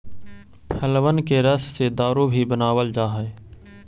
फलबन के रस से दारू भी बनाबल जा हई